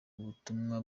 ubutumwa